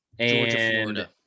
Georgia-Florida